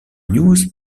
news